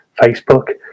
Facebook